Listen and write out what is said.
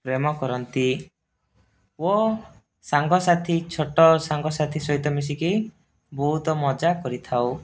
ପ୍ରେମ କରନ୍ତି ଓ ସାଙ୍ଗସାଥି ଛୋଟ ସାଙ୍ଗସାଥି ସହିତ ମିଶିକି ବହୁତ ମଜା କରିଥାଉ